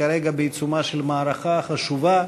שכרגע הם בעיצומה של מערכה חשובה.